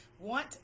Want